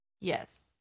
Yes